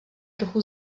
trochu